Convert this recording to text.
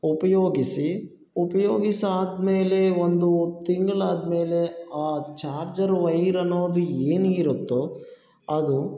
ಉಪಯೋಗಿಸಿ ಉಪ್ಯೋಗಿಸಾದ ಮೇಲೆ ಒಂದು ತಿಂಗಳಾದ ಮೇಲೆ ಆ ಚಾರ್ಜರ್ ವೈರನ್ನೋದು ಏನಿರುತ್ತೋ ಅದು